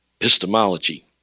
epistemology